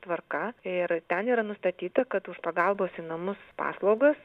tvarka ir ten yra nustatyta kad už pagalbos į namus paslaugas